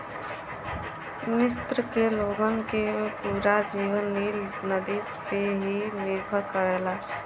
मिस्र के लोगन के पूरा जीवन नील नदी पे ही निर्भर करेला